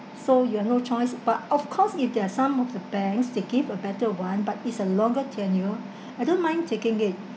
so you have no choice but of course if there are some of the banks they give a better one but it's a longer tenure I don't mind taking it